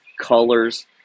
colors